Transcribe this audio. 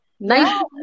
Nice